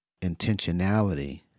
intentionality